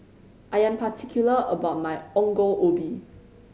I am particular about my Ongol Ubi